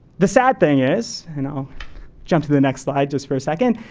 the sad thing is, and i'll jump to the next slide just for a second.